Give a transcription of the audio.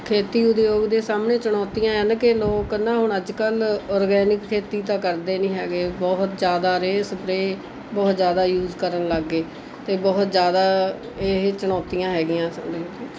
ਖੇਤੀ ਉਦਯੋਗ ਦੇ ਸਾਹਮਣੇ ਚੁਣੌਤੀਆਂ ਹਨ ਕਿ ਲੋਕ ਨਾ ਹੁਣ ਅੱਜ ਕੱਲ੍ਹ ਔਰਗੈਨਿਕ ਖੇਤੀ ਤਾਂ ਕਰਦੇ ਨਹੀਂ ਹੈਗੇ ਬਹੁਤ ਜ਼ਿਆਦਾ ਰੇਹ ਸਪ੍ਰੇ ਬਹੁਤ ਜ਼ਿਆਦਾ ਯੂਜ਼ ਕਰਨ ਲੱਗ ਗਏ ਅਤੇ ਬਹੁਤ ਜ਼ਿਆਦਾ ਇਹ ਚੁਣੌਤੀਆਂ ਹੈਗੀਆਂ